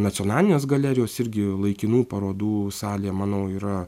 nacionalinės galerijos irgi laikinų parodų salė manau yra